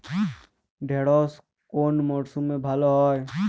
ঢেঁড়শ কোন মরশুমে ভালো হয়?